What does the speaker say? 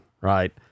right